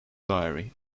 diary